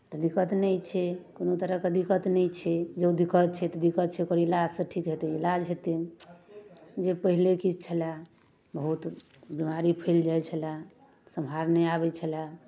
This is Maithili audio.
तऽ दिक्कत नहि छै कोनो तरहके दिक्कत नहि छै जँ दिक्कत छै तऽ दिक्कत छै ओकर इलाजसँ ठीक हेतै इलाज हेतै जे पहिले की छलए बहुत बिमारी फैल जाइ छलए सम्हार नहि आबै छलए